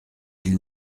qu’il